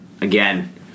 again